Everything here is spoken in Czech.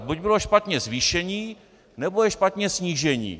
Buď bylo špatně zvýšení, nebo je špatně snížení.